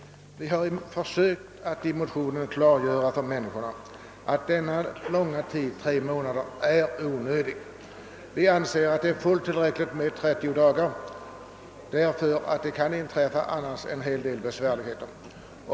Vi har i motionerna försökt klargöra att tre månader är en onödigt lång tid. Vi anser att det är fullt tillräckligt med 30 dagar, därför att det annars kan medföra en hel del besvärligheter för köparen.